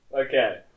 okay